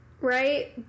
right